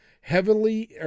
heavenly